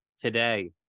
today